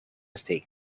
state